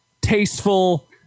tasteful